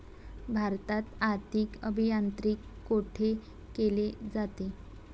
भारतात आर्थिक अभियांत्रिकी कोठे केले जाते?